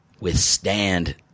withstand